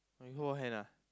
we hold hand ah